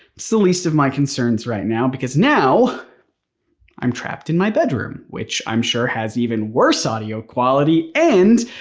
it's the least of my concerns right now because now i'm trapped in my bedroom which i'm sure has even worse audio quality and